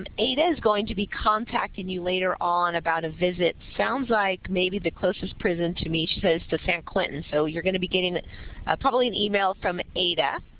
um aida is going to be contacting you later on about a visit. sounds like maybe the closest prison to me, she says, to san quentin. so, you're going to be getting probably an e-mail from aida.